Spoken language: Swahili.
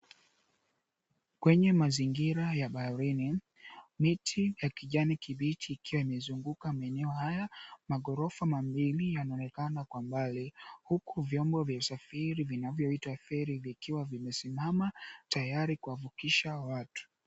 Kwenye mazingira ya baharini, miti ya kijani kibichi ikiwa imezunguka maeneo haya. Maghorofa mambili yanaonekana kwa mbali huku vyombo vya usafiri vinavyoitwa feri vikiwa vimesimama tayari kuwavukisha watu.